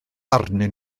arnyn